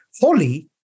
holy